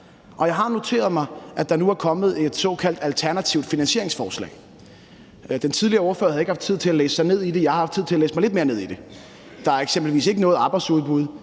Og jeg har noteret mig, at der nu er kommet et såkaldt alternativt finansieringsforslag. Den tidligere ordfører havde ikke haft tid til at læse sig ned i det, men jeg har haft tid til at læse mig lidt mere ned i det. Der er eksempelvis ikke noget med arbejdsudbuddet